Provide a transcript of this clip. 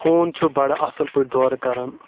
خوٗن چھُ بَڑٕ اَصٕل پٲٹھۍ دورٕ کرَان